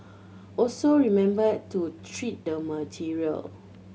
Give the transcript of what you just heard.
also remember to treat the material